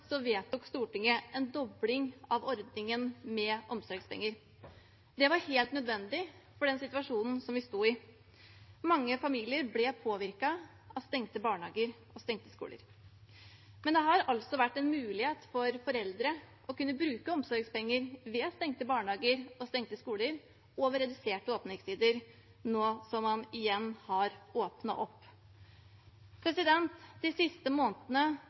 vedtok Stortinget en dobling av ordningen med omsorgspenger. Det var helt nødvendig i den situasjonen som vi sto i. Mange familier ble påvirket av stengte barnehager og stengte skoler. Men det har vært en mulighet for foreldre å kunne bruke omsorgspenger ved stengte barnehager og stengte skoler og ved reduserte åpningstider nå som man igjen har åpnet opp. De siste månedene